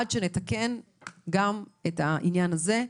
עד שנתקן גם את העניין הזה.